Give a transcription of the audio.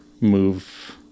move